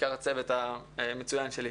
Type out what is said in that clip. בעיקר הצוות המצוין שלי,